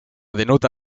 denota